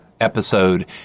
episode